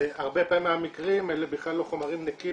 הרבה פעמים היו מקרים שאלה בכלל לא היו חומרים נקיים,